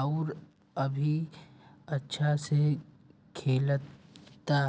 आउर अभी अच्छा से खिलता